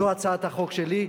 זו הצעת החוק שלי,